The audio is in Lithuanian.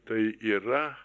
tai yra